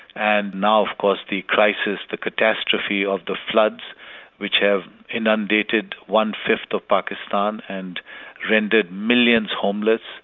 and now of course the crisis, the catastrophe of the floods which have inundated one-fifth of pakistan and rendered millions homeless.